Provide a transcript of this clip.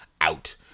out